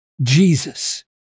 Jesus